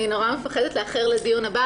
אני נורא מפחדת לאחר לדיון הבא.